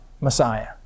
Messiah